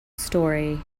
story